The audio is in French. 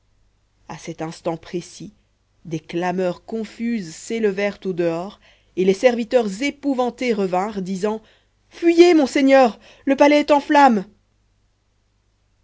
à cet instant précis des clameurs confuses s'élevèrent au dehors et les serviteurs épouvantés revinrent disant fuyez mon seigneur le palais est en flammes